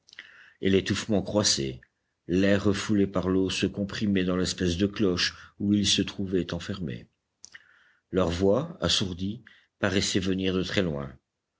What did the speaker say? et l'étouffement croissait l'air refoulé par l'eau se comprimait dans l'espèce de cloche où ils se trouvaient enfermés leur voix assourdie paraissait venir de très loin